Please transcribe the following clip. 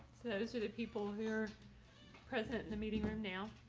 so those are the people who are present in the meeting room now.